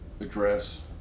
address